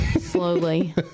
Slowly